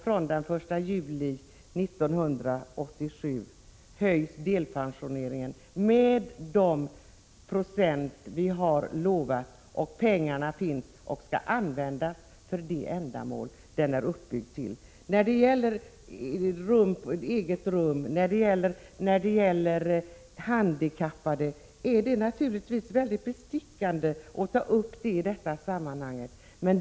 Från den 1 juli 1987 höjs delpensioneringen med det procenttal som vi har lovat. Pengar finns och skall användas till de ändamål fonden är uppbyggd för. Det är naturligtvis väldigt bestickande att ta upp detta med eget rum och de handikappade i detta sammanhang.